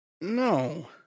no